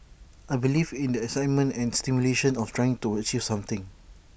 I believe in the excitement and stimulation of trying to achieve something